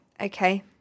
okay